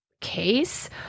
case